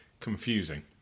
confusing